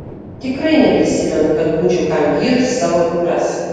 tikrai neprisimenu kad būčiau kam gyrus savo dukras